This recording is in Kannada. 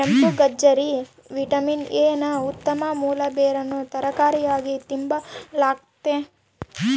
ಕೆಂಪುಗಜ್ಜರಿ ವಿಟಮಿನ್ ಎ ನ ಉತ್ತಮ ಮೂಲ ಬೇರನ್ನು ತರಕಾರಿಯಾಗಿ ತಿಂಬಲಾಗ್ತತೆ